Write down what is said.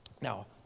Now